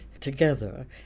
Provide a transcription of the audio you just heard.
together